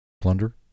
Plunder